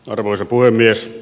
arvoisa puhemies